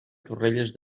torrelles